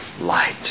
light